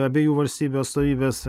ir abiejų valstybių atstovybės